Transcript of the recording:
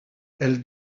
elle